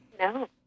No